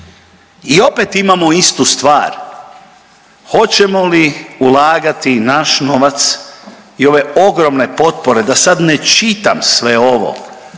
I opet imamo istu stvar hoćemo li ulagati naš novac i ove ogromne potpore da sad ne čitam sve ovo